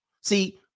See